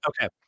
Okay